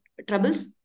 Troubles